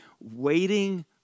waiting